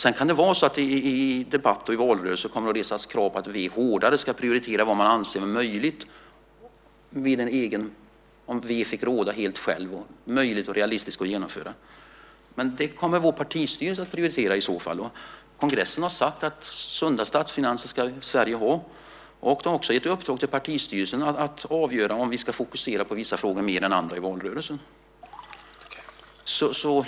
Sedan kan det vara så att det i debatt och i valrörelse kommer att resas krav på att v hårdare ska prioritera vad man anser vara möjligt och realistiskt att genomföra om vi fick råda helt själva. Men det kommer vår partistyrelse att prioritera i så fall. Kongressen har sagt att Sverige ska ha sunda statsfinanser. Den har också gett i uppdrag till partistyrelsen att avgöra om vi ska fokusera på vissa frågor mer än andra i valrörelsen.